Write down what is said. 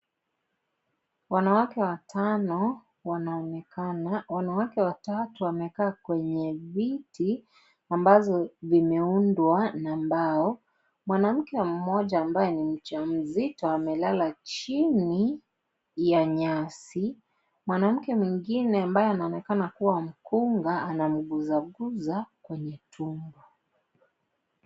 Wanawake watano wanaonenakana, wanawake watatu wamekaa kwenye viti ambazo vimeundwa na mbao. Mwanamke mmoja ambaye ni mjamzito amelala chini ya nyasi, mwanamke mwingine ambaye anaonekana kuwa mkunga anamgusagusa kwenye tumbo.